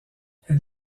elle